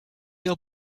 your